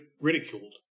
ridiculed